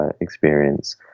experience